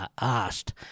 asked